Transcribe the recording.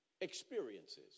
experiences